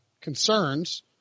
concerns